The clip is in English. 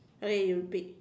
okay you repeat